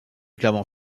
clermont